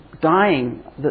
dying